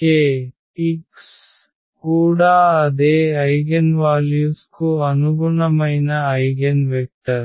kx కూడా అదే eigenvalues కు అనుగుణమైన ఐగెన్ వెక్టర్